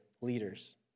leaders